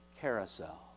carousel